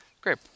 Great